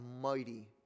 mighty